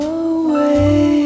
away